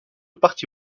parti